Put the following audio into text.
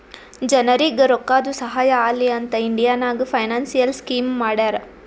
ಜನರಿಗ್ ರೋಕ್ಕಾದು ಸಹಾಯ ಆಲಿ ಅಂತ್ ಇಂಡಿಯಾ ನಾಗ್ ಫೈನಾನ್ಸಿಯಲ್ ಸ್ಕೀಮ್ ಮಾಡ್ಯಾರ